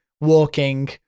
walking